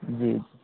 جی